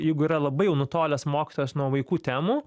jeigu yra labai jau nutolęs mokytojas nuo vaikų temų